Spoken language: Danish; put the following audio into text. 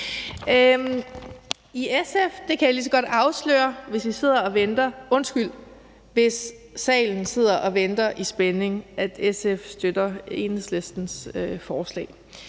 Jeg kan lige så godt afsløre – hvis salen sidder og venter i spænding – at SF støtter Enhedslistens forslag.